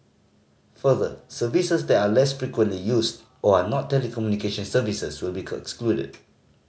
further services that are less frequently used or are not telecommunication services will be